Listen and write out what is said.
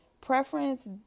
Preference